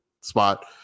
spot